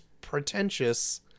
pretentious